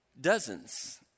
Dozens